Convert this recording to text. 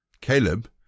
Caleb